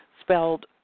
spelled